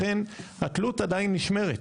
לכן התלות עדיין נשמרת.